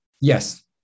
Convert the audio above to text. Yes